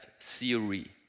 theory